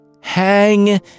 Hang